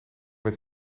met